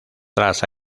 tras